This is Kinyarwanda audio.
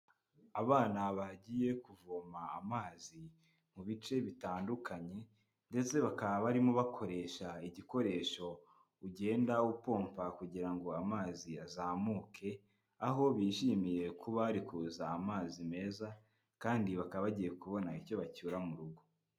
Abana bagiye kuvoma amazi mu bice bitandukanye, ndetse bakaba barimo bakoresha igikoresho ugenda upompa kugira ngo amazi azamuke, aho bishimiye kuba hari kuza amazi meza, kandi bakaba bagiye kubona icyo bacyura mu rugo.